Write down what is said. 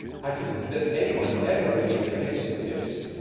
i didn't think that any one ever really read squibs.